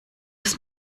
ist